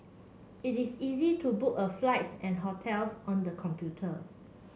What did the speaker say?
it is easy to book a flights and hotels on the computer